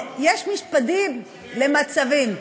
יש משפטים למצבים.